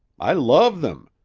i love them,